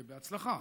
ובהצלחה,